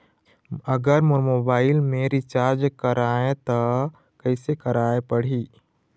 अगर मोर मोबाइल मे रिचार्ज कराए त कैसे कराए पड़ही?